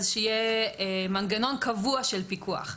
אז שיהיה מנגנון קבוע של פיקוח.